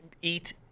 eat